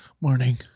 morning